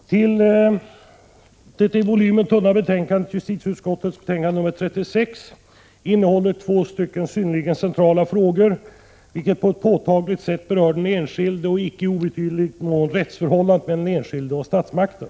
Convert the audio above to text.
Herr talman! Det till volymen tunna betänkandet nr 36 från justitieutskottet innehåller två synnerligen centrala frågor, vilka på ett påtagligt sätt berör den enskilde och i icke obetydlig mån rättsförhållandet mellan den enskilde och statsmakten.